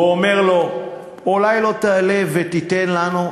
שבו הוא אומר לו: אולי לא תעלה, ותיתן לנו.